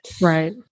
Right